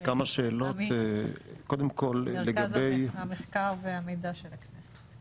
עמי ממרכז המחקר והמידע של הכנסת.